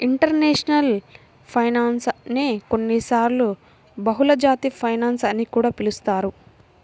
international finance నే కొన్నిసార్లు బహుళజాతి ఫైనాన్స్ అని కూడా పిలుస్తారు